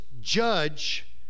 judge